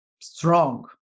strong